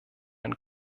ein